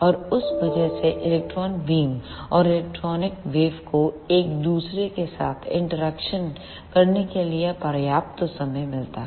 और उस वजह से इलेक्ट्रॉन बीम और इलेक्ट्रोमैग्नेटिक वेव् electromagnetic wave को एक दूसरे के साथ इंटरेक्शन करने के लिए पर्याप्त समय मिलता है